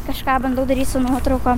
kažką bandau daryt su nuotrauko